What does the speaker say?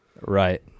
Right